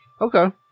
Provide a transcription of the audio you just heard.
Okay